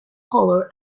color